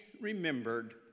remembered